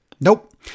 Nope